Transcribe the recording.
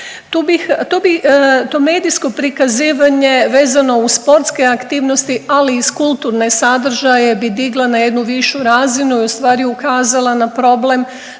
Tu bih, to medijsko prikazivanje vezano uz sportske aktivnosti ali i kulturne sadržaje bih digla na jednu višu razinu i u stvari ukazala na problem